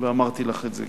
ואמרתי לך גם את זה,